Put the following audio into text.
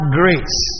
grace